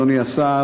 אדוני השר,